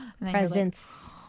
Presents